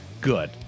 good